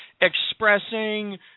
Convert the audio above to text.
expressing